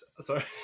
Sorry